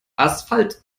asphalt